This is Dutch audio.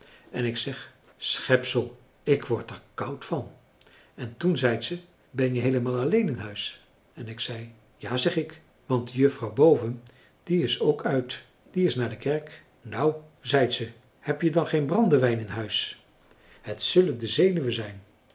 en ik zeg schepsel ik word er koud van en toen zeit ze ben je heelemaal alleen in huis en ik zeg ja zeg ik want de juffrouw boven die is ook uit die is naar de kerk nou zeit ze heb je dan geen brandewijn in huis het zullen de zenuwen zijn